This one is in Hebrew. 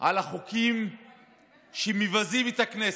על החוקים שמבזים את הכנסת,